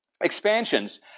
expansions